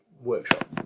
workshop